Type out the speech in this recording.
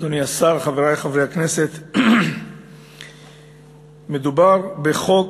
אדוני השר, חברי חברי הכנסת, מדובר בחוק